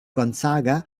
gonzaga